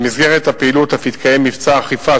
במסגרת הפעילות אף התקיים מבצע אכיפה,